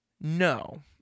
No